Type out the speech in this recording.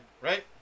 right